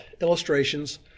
illustrations